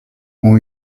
ont